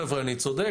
חבר'ה, אני צודק?